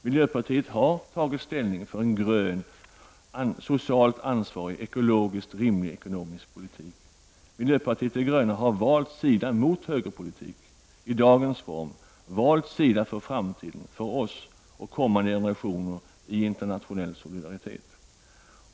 Miljöpartiet de gröna har tagit ställning för en grön, socialt ansvarig, ekologiskt rimlig ekonomisk politik. Miljöpartiet har valt sida mot högerpolitik i dagens form, valt sida för framtiden för oss och kommande generationer i internationell solidaritet.